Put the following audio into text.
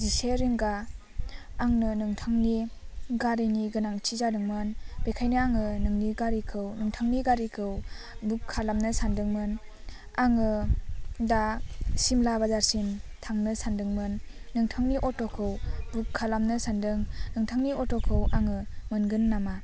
जिसे रिंगा आंनो नोंथांनि गारिनि गोनांथि जादोंमोन बेखायनो आङो नोंनि गारिखौ नोंथांनि गारिखौ बुक खालामनो सान्दोंमोन आङो दा सिमला बाजारसिम थांनो सान्दोंमोन नोंथांनि अट'खौ बुक खालामनो सान्दों नोंथांनि अट'खौ आङो मोनगोन नामा